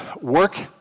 Work